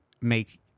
make